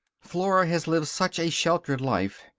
flora has lived such a sheltered life.